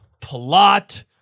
plot